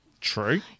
True